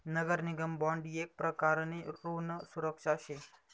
नगर निगम बॉन्ड येक प्रकारनी ऋण सुरक्षा शे